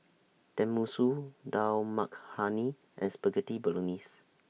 Tenmusu Dal Makhani and Spaghetti Bolognese